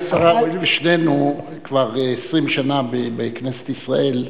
גברתי השרה, הואיל ושנינו כבר 20 שנה בכנסת ישראל,